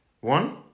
one